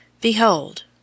Behold